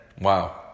Wow